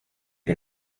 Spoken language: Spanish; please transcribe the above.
que